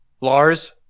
Lars